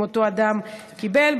אם אותו אדם קיבל.